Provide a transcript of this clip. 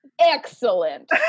Excellent